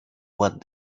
what